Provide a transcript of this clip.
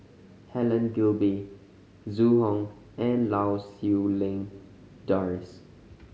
Helen Gilbey Zhu Hong and Lau Siew Lang Doris